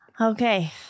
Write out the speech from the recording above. Okay